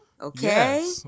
okay